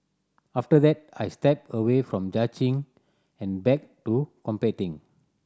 after that I stepped away from judging and back to competing